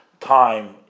time